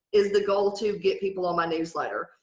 is the goal to get people on my newsletter?